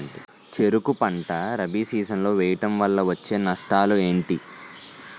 చెరుకు పంట రబీ సీజన్ లో వేయటం వల్ల వచ్చే నష్టాలు ఏంటి?